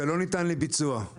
זה לא ניתן לביצוע,